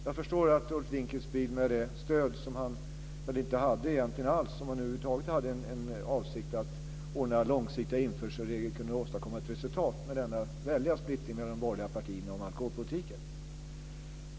Om Ulf Dinkelspiel över huvud taget hade för avsikt att ordna långsiktiga införselregler, kan jag förstå att han hade svårt att åstadkomma ett resultat med denna väldiga splittring mellan de borgerliga partierna om alkoholpolitiken.